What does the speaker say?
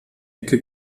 ecke